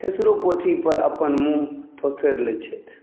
खेसरो पोठीपर अपन मुँह थोथरि लैत छथि